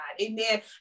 Amen